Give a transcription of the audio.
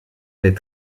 les